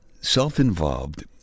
self-involved